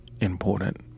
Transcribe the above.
important